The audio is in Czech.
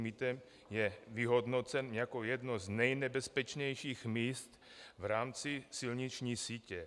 Mýtem je vyhodnocen jako jedno z nejnebezpečnějších míst v rámci silniční sítě.